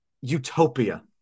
Utopia